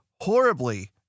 horribly